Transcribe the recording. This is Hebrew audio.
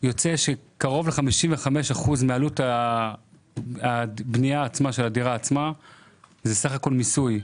יוצא שקרוב ל-55% מעלות הבנייה של הדירה עצמה זה סך הכול מיסוי.